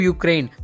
Ukraine